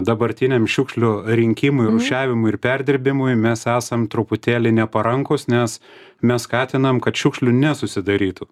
dabartiniam šiukšlių rinkimui rūšiavimui ir perdirbimui mes esam truputėlį neparankūs nes mes skatinam kad šiukšlių nesusidarytų